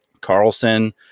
Carlson